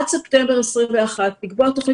עד ספטמבר 21' נקבעה תוכנית.